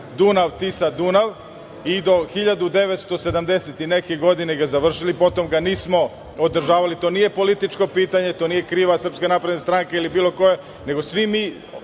Dunav-Tisa-Dunav i do 1970. i neke godine ga završili, potom ga nismo održavali, to nije političko pitanje, to nije kriva SNS ili bilo koja, nego svi mi